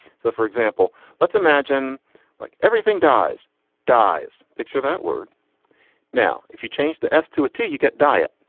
so for example let's imagine like everything dies dies. picture that word now if you change the s to a t you get diet.